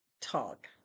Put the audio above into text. Talk